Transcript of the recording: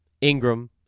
Ingram